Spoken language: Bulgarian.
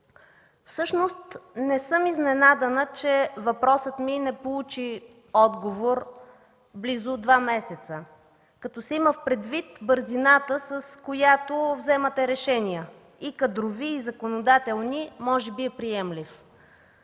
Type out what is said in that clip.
Всъщност не съм изненадана, че въпросът ми не получи отговор близо два месеца. Като се има предвид бързината, с която взимате решения – и кадрови, и законодателни, може би е приемлив.